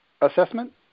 assessment